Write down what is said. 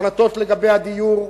החלטות לגבי הדיור,